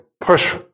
push